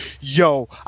yo